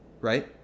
right